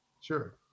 Sure